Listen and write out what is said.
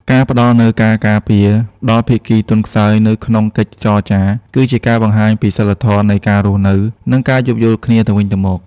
ការផ្តល់នូវ "ការការពារ" ដល់ភាគីទន់ខ្សោយនៅក្នុងកិច្ចចរចា គឺជាការបង្ហាញពីសីលធម៌នៃការរស់នៅ និងការយោគយល់គ្នាទៅវិញទៅមក។